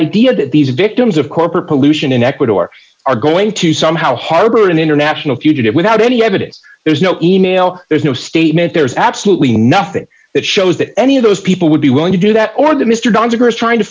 idea that these victims of corporate pollution in ecuador are going to somehow harbor an international fugitive without any evidence there's no e mail there's no statement there's absolutely nothing that shows that any of those people would be willing to do that or did mr doniger is trying to